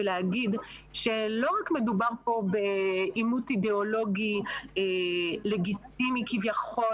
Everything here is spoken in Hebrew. כדי להגיד שלא רק מדובר פה בעימות אידיאולוגי לגיטימי כביכול